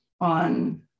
on